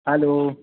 hello